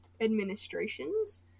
administrations